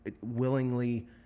willingly